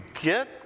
get